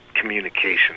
communication